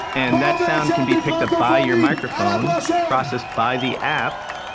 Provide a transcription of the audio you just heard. and that sound can be picked up by your microphone, processed by the app,